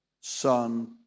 Son